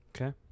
Okay